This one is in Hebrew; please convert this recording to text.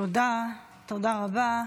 תודה רבה.